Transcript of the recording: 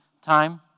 time